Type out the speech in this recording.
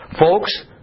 folks